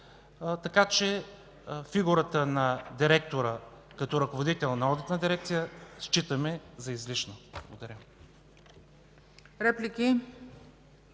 така че фигурата на директора, като ръководител на одитна дирекция, считаме за излишна. Благодаря.